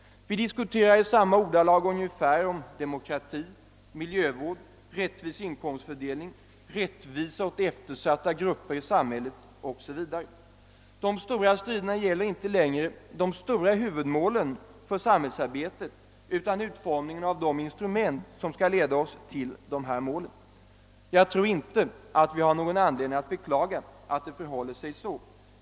Vi diskuterar 1 ungefär samma ordalag om demokrati, miljövård, rättvis inkomstfördelning, rättvisa åt eftersatta grupper i samhället o. s. v. De stora striderna gäller inte längre huvudmålen för samhällsarbetet utan utformningen av de instrument som skall leda oss till dessa mål. Jag tror inte att vi har någon an ledning att beklaga att det förhåller sig så.